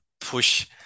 push